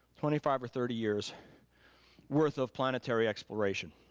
twenty five or thirty years worth of planetary exploration.